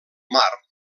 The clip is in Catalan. mar